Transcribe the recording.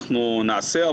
אנחנו נעשה,